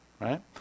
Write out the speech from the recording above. Right